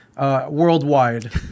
worldwide